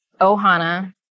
Ohana